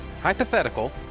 hypothetical